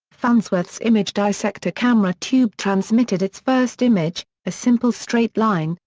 farnsworth's image dissector camera tube transmitted its first image, a simple straight line,